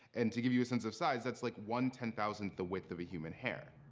and to give you a sense of size, that's like one ten thousand the width of a human hair.